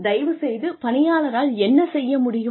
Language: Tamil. தயவுசெய்து பணியாளரால் என்ன செய்ய முடியும்